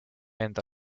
enda